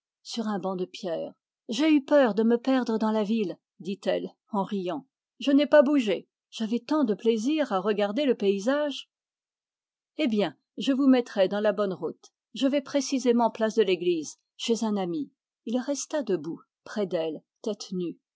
sur un banc de pierre j'ai eu peur de me perdre dans la ville dit-elle en riant je n'ai pas bougé j'avais tant de plaisir à regarder le paysage eh bien je vous mettrai dans la bonne route je vais précisément place de l'église chez un ami il resta debout près d'elle tête nue